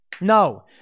No